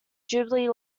jubilee